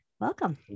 Welcome